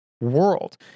world